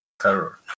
terror